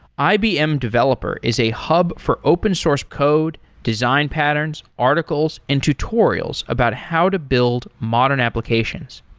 ibm developer is a hub for open source code, design patterns, articles and tutorials about how to build modern applications.